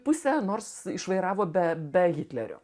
pusę nors išvairavo be be hitlerio